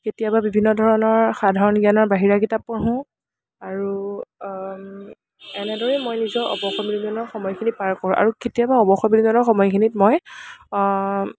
কেতিয়াবা বিভিন্ন ধৰণৰ সাধাৰণ জ্ঞানৰ বাহিৰা কিতাপ পঢ়ো আৰু এনেদৰেই মই নিজৰ অৱসৰ বিনোদনৰ সময়খিনি পাৰ কৰোঁ আৰু কেতিয়াবা অৱসৰ বিনোদনৰ সময়খিনিত মই